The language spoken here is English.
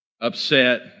upset